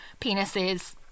penises